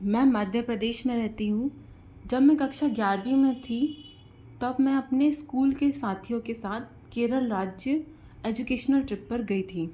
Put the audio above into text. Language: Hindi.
मैं मध्य प्रदेश में रहती हूँ जब में कक्षा ग्यारवीं में थी तब मैं अपने स्कूल के साथियों के साथ केरल राज्य एजुकेशनल ट्रिप पर गई थी